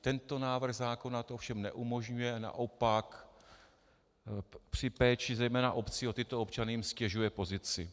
Tento návrh zákona to ovšem neumožňuje a naopak při péči zejména obcí o tyto občany jim ztěžuje pozici.